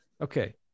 Okay